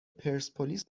پرسپولیس